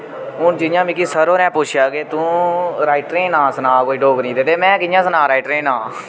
हून जियां Mickey sir होरें पुच्छेआ के तूं राइटरें दे नांऽ सना कोई डोगरी दे ते मै कि'यां सनां राइटरें दे नांऽ